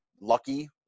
lucky